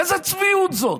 איזו צביעות זאת?